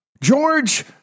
George